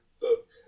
book